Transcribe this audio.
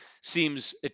seems